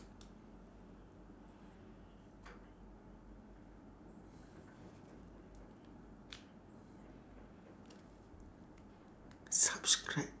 subscribe